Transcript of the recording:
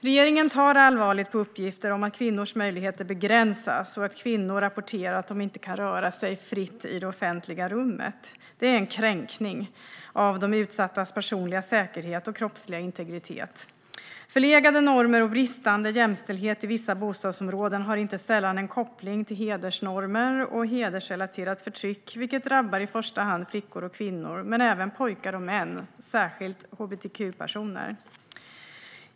Regeringen tar allvarligt på uppgifter om att kvinnors möjligheter begränsas och att kvinnor rapporterar att de inte kan röra sig fritt i det offentliga rummet. Det är en kränkning av de utsattas personliga säkerhet och kroppsliga integritet. Förlegade normer och bristande jämställdhet i vissa bostadsområden har inte sällan en koppling till hedersnormer och hedersrelaterat förtryck, vilket drabbar i första hand flickor och kvinnor men även pojkar och män och särskilt hbtq-personer.